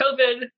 COVID